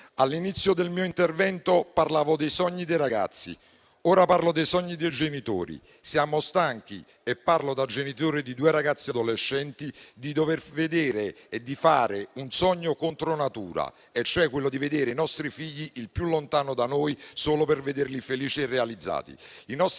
All'inizio del mio intervento parlavo dei sogni dei ragazzi. Ora parlo dei sogni dei genitori. Siamo stanchi - e parlo da genitore di due ragazzi adolescenti - di dover vedere e di fare un sogno contro natura e, cioè, vedere i nostri figli il più lontano da noi solo per vederli felici e realizzati.